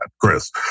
Chris